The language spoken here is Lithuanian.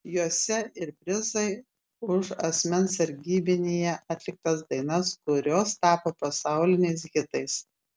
juose ir prizai už asmens sargybinyje atliktas dainas kurios tapo pasauliniais hitais